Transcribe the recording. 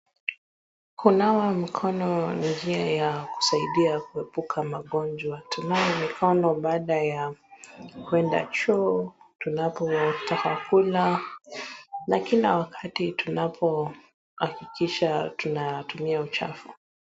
Kunawa mikono ni njia ya kusaidia kuepuka magonjwa. Tunawe mikono baada ya kuenda choo, tunapotaka kula na kila wakati tunapohakikisha tunatumia uchafu.